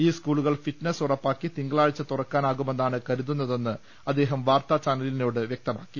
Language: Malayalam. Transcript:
ഈ സ്കൂളുകൾ ഫിറ്റ്നസ് ഉറപ്പാക്കി തിങ്കളാഴ്ച തുറക്കാനാകുമെന്നാണ് കരുതുന്നതെന്ന് അദ്ദേഹം വാർത്താചാനലിനോട് പറഞ്ഞു